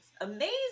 amazing